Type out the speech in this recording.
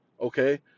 okay